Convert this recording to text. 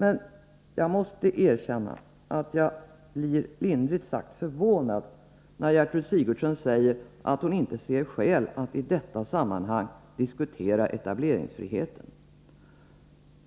Men jag måste erkänna att jag blir lindrigt sagt förvånad när Gertrud Sigurdsen säger att hon inte ser skäl att ”i detta sammanhang” diskutera etableringsfriheten.